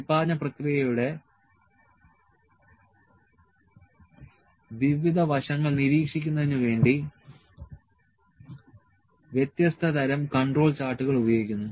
ഉൽപാദന പ്രക്രിയയുടെ വിവിധ വശങ്ങൾ നിരീക്ഷിക്കുന്നതിന് വേണ്ടി വ്യത്യസ്ത തരം കൺട്രോൾ ചാർട്ടുകൾ ഉപയോഗിക്കുന്നു